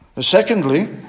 Secondly